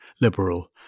liberal